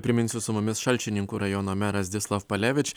priminsiu su mumis šalčininkų rajono meras zdzislav palevič